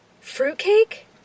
Fruitcake